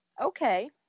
okay